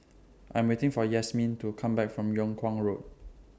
I'm waiting For Yasmeen to Come Back from Yung Kuang Road